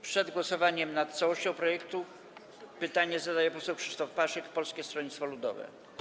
Przed głosowaniem nad całością projektu pytanie zadaje poseł Krzysztof Paszyk, Polskie Stronnictwo Ludowe.